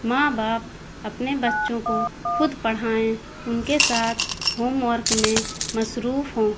ماں باپ اپنے بچوں کو خود پڑھائیں ان کے ساتھ ہوم ورک میں مصروف ہوں